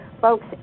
Folks